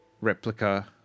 replica